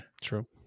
True